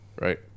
right